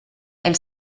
elle